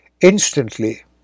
Instantly